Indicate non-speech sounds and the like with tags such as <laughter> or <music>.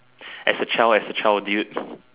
as a child as a child dude <breath>